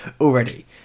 already